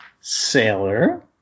Sailor